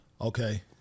Okay